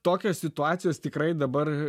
tokios situacijos tikrai dabar